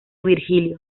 virgilio